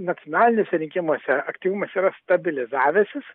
nacionaliniuose rinkimuose aktyvumas yra stabilizavęsis